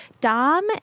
Dom